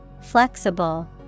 Flexible